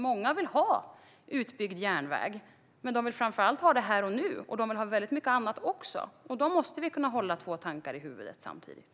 Många vill ha utbyggd järnväg, men de vill framför allt ha det här och nu - och de vill ha mycket annat också. Då måste vi kunna hålla två tankar i huvudet samtidigt.